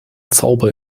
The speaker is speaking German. zauber